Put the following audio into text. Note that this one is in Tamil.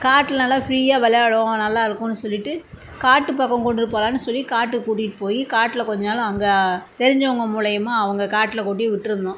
காட்டில் நல்லா ஃப்ரீயாக விளையாடும் நல்லாருக்குன்னு சொல்லிட்டு காட்டு பக்கம் கொண்டுட்டு போகலான்னு சொல்லி காட்டுக்கு கூட்டிட்டு போய் காட்டில்கொஞ்ச நாள் அங்கே தெரிஞ்சவங்க மூலிமா அவங்க காட்டில் கொண்டோய் விட்டுருந்தோம்